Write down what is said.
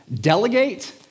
delegate